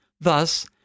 Thus